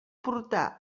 portar